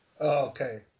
okay